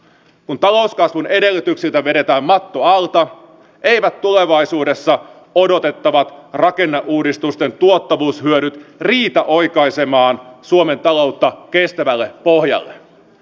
kun talouskasvun edellytyksiltä vedetään matto alta eivät tulevaisuudessa odotettavat rakenneuudistusten tuottavuushyödyt riitä oikaisemaan suomen taloutta kestävälle pohjalle